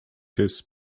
his